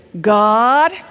God